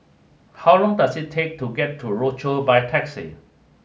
how long does it take to get to Rochor by taxi